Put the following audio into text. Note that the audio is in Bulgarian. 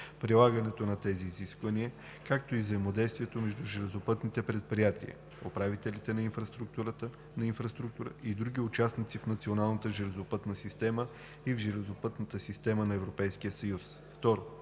прилагането на тези изисквания, както и взаимодействието между железопътните предприятия, управителите на инфраструктура и другите участници в националната железопътната система и в железопътната система на Европейския съюз.“ 2.